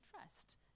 trust